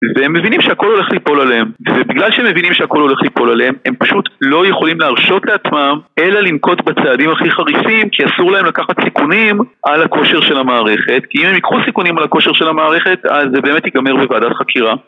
והם מבינים שהכל הולך ליפול עליהם ובגלל שהם מבינים שהכל הולך ליפול עליהם הם פשוט לא יכולים להרשות לעצמם אלא לנקוט בצעדים הכי חריפים כי אסור להם לקחת סיכונים על הכושר של המערכת כי אם הם ייקחו סיכונים על הכושר של המערכת אז זה באמת ייגמר בוועדת חקירה